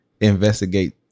investigate